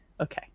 Okay